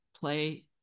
play